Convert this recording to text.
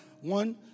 One